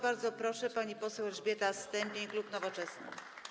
Bardzo proszę, pani poseł Elżbieta Stępień, klub Nowoczesna.